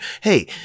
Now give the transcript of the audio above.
hey